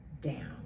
down